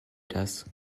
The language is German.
das